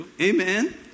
Amen